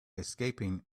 escaping